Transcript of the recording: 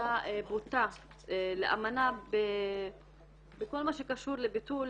הפרה בוטה לאמנה בכל מה שקשור לביטול